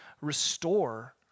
restore